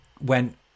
went